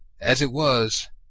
as it was,